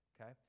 okay